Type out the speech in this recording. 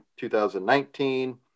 2019